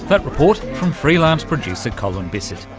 that report from freelance producer colin bisset.